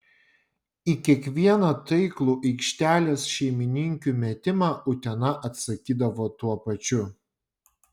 į kiekvieną taiklų aikštelės šeimininkių metimą utena atsakydavo tuo pačiu